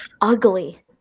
ugly